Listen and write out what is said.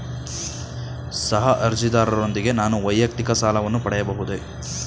ಸಹ ಅರ್ಜಿದಾರರೊಂದಿಗೆ ನಾನು ವೈಯಕ್ತಿಕ ಸಾಲವನ್ನು ಪಡೆಯಬಹುದೇ?